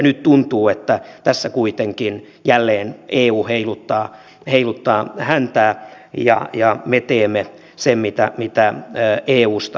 nyt tuntuu että tässä kuitenkin jälleen eu heiluttaa häntää ja me teemme sen mitä eusta komennetaan